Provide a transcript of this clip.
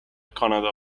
کانادا